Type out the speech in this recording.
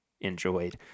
enjoyed